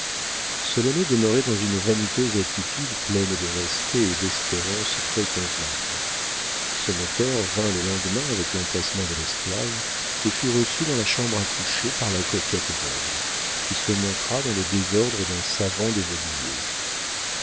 d'eau solonet demeurait dans une vaniteuse attitude pleine de respect et d'espérance très convenable ce notaire vint le lendemain avec l'empressement de l'esclave et fut reçu dans la chambre à coucher par la coquette veuve qui se montra dans le désordre d'un savant déshabillé